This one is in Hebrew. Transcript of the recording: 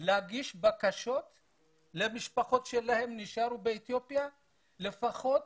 להגיש בקשות למשפחות שנשארו באתיופיה לפחות